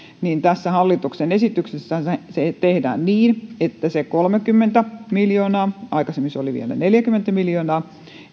tässä hallituksen esityksessä tehdään niin että se kolmekymmentä miljoonaa aikaisemmin se oli vielä neljäkymmentä miljoonaa